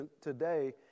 today